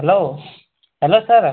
hello ନମସ୍କାର